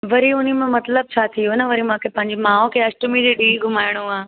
वरी उनमें मतिलब छा थी वियो न वरी मूंखे पंहिंजी माउ खे अष्टमी जे ॾींहं घुमाइणो आहे